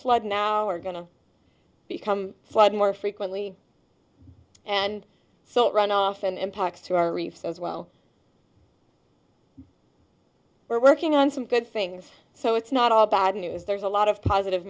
flood now are going to become flood more frequently and so runoff and impacts to our reefs as well we're working on some good things so it's not all bad news there's a lot of positive